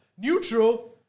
Neutral